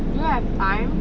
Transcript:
do you have time